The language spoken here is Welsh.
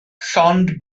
llond